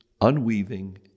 unweaving